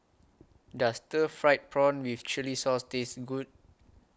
Does Stir Fried Prawn with Chili Sauce Taste Good